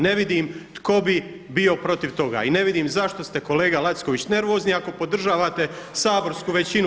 Ne vidim tko bi bio protiv toga i ne vidim zašto ste kolega Lacković nervozni ako podržavate saborsku većinu.